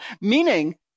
Meaning